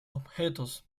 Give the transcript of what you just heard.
objetos